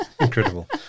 incredible